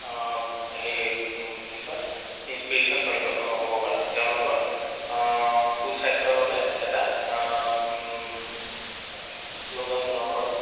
হেৰি কি কয় ইঞ্চপিৰেশ্যন বনিব হ'ব পাৰোঁ তেওঁলোকৰ সুস্বাস্থ্যৰ বাবে এটা শ্ল'গান বনাব পাৰোঁ